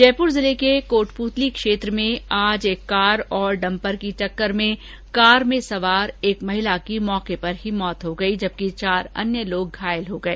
जयपूर जिले के कोटपूतली क्षेत्र में आज एक कार और डम्पर की टक्कर में कार में सवार एक महिला की मौके पर ही मौत हो गई जबकि चार अन्य लोग घायल हो गए